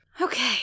Okay